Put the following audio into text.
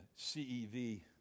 CEV